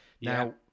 now